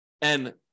and-